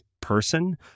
person